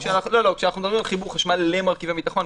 כשאנחנו מדברים על חיבור חשמל למרכיבי ביטחון,